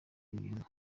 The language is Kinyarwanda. ibinyoma